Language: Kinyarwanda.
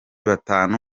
batanu